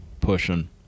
pushing